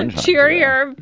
and cheerier